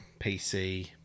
PC